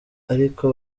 ariko